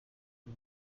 ibi